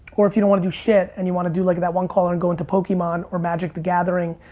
or if you don't wanna do shit and you wanna do like that one caller and go into pokemon or magic the gathering